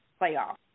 playoff